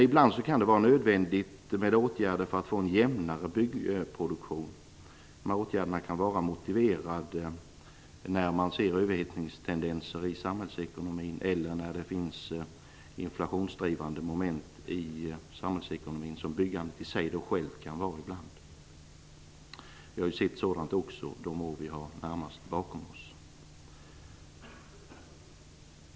Ibland kan det vara nödvändigt med åtgärder för att få jämnare byggproduktion. Dessa åtgärder kan vara motiverade när man ser överhettningstendenser eller inflationsdrivande moment i samhällsekonomin, vilket byggandet i sig kan vara ibland. Under de senaste åren har vi också sett exempel på det.